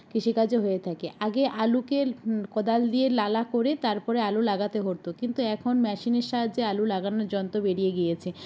কৃষিকাজও হয়ে থাকে আগে আলুকে কোদাল দিয়ে লালা করে তারপরে আলু লাগাতে হতো কিন্তু এখন মেশিনের সাহায্যে আলু লাগানোর যন্ত বেরিয়ে গিয়েছে